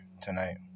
tonight